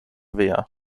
wehr